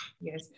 Yes